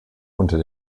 unter